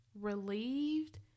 relieved